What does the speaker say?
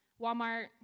Walmart